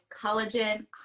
collagen